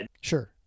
Sure